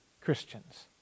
Christians